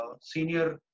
senior